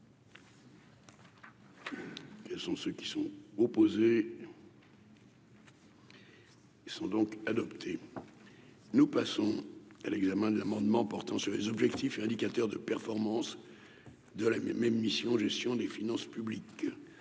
Quels sont ceux qui sont opposés. Ils sont donc adopté, nous passons à l'examen de l'amendement portant sur les objectifs et indicateurs de performance, de la même mission Gestion des finances publiques